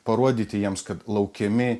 parodyti jiems kad laukiami